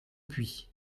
puy